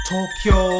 Tokyo